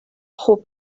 خوب